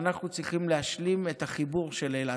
אנחנו צריכים להשלים את החיבור של אילת,